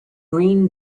green